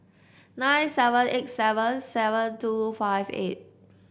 nine seven eight seven seven two five eight